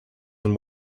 and